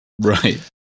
Right